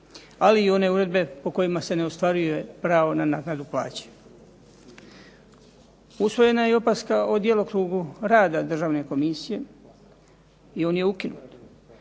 ali i one uredbe po kojima se ne ostvaruje pravo na naknadu plaće. Usvojena i opaska o djelokrugu rada državne komisije, i on je ukinut.